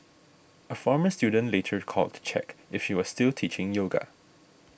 a former student later called to check if she was still teaching yoga